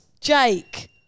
Jake